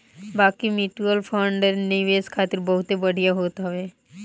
बाकी mutual fund निवेश खातिर बहुते बढ़िया होत हवे